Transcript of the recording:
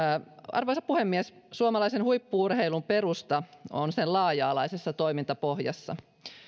arvoisa puhemies suomalaisen huippu urheilun perusta on sen laaja alaisessa toimintapohjassa